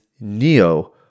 neo